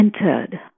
entered